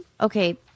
okay